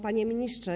Panie Ministrze!